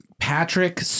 Patrick